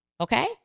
Okay